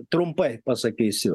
trumpai pasakysiu